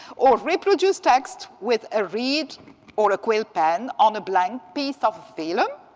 or reproduce text with a reed or a quill pen on a blank piece of vellum.